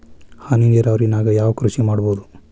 ಹನಿ ನೇರಾವರಿ ನಾಗ್ ಯಾವ್ ಕೃಷಿ ಮಾಡ್ಬೋದು?